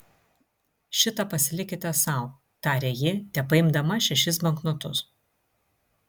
šitą pasilikite sau tarė ji tepaimdama šešis banknotus